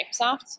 Microsoft